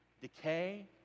decay